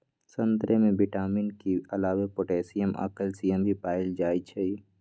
संतरे में विटामिन के अलावे पोटासियम आ कैल्सियम भी पाएल जाई छई